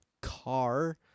car